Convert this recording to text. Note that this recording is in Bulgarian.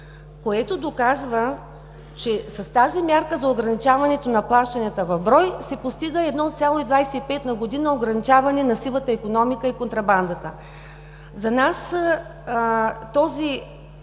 което доказва, че с тази мярка за ограничаването на плащанията в брой се постига 1,25% на година ограничаване на сивата икономика и контрабандата. За нас този